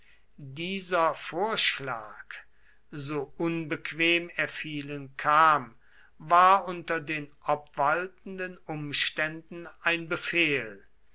dieser vorschlag so unbequem er vielen kam war unter den obwaltenden umständen ein befehl